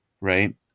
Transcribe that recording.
right